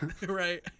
Right